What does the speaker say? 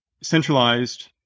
centralized